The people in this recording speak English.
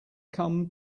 come